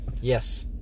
Yes